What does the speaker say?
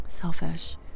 selfish